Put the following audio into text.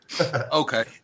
Okay